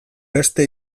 beste